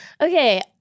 Okay